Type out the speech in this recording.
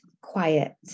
quiet